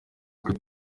twe